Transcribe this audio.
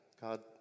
God